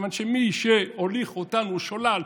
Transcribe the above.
כיוון שמי שהוליך אותנו שולל,